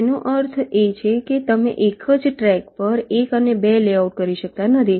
તેનો અર્થ એ કે તમે એક જ ટ્રેક પર 1 અને 2 લેઆઉટ કરી શકતા નથી